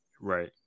Right